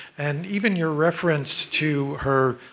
and, even, your reference to her,